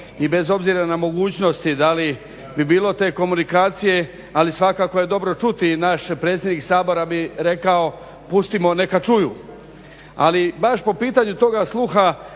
i bez obzira na mogućnosti da li bi bilo te komunikacije, ali svakako je dobro čuti i naš predsjednik Sabora bi rekao pustimo neka čuju. Ali baš po pitanju toga sluha